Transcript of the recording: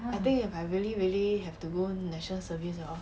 I think if I really really have to go national service hor